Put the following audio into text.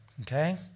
Okay